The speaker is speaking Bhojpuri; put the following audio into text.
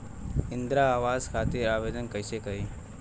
इंद्रा आवास खातिर आवेदन कइसे करि?